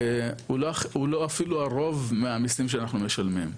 הוא לא אפילו הרוב מהמיסים שאנחנו משלמים,